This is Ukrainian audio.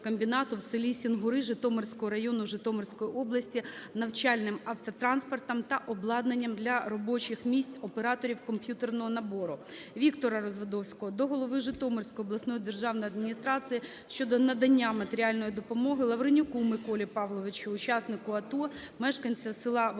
Віктора Развадовського до голови Житомирської обласної державної адміністрації щодо надання матеріальної допомоги Лавренюку Миколі Павловичу - учаснику АТО, мешканцю села Волосівка